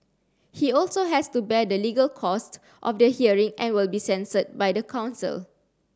he also has to bear the legal costs of the hearing and will be censured by the council